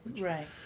Right